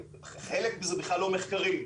חלק הם בכלל לא מחקרים,